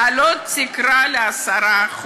להעלות את התקרה ב-10%,